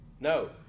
No